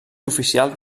oficial